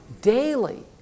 daily